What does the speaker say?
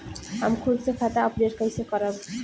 हम खुद से खाता अपडेट कइसे करब?